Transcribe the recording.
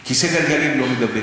פוליו לא מידבק, כיסא גלגלים לא מידבק,